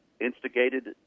instigated